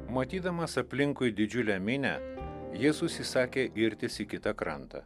matydamas aplinkui didžiulę minią jėzus įsakė irtis į kitą krantą